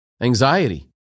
Anxiety